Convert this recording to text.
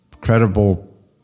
credible